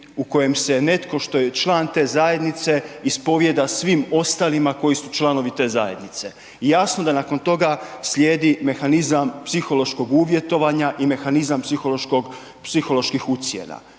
u kojem se netko što je član te zajednice ispovijeda svim ostalima koji su članovi te zajednice i jasno da nakon toga slijedi mehanizam psihološkog uvjetovanja i mehanizam psiholoških ucjena.